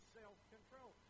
self-control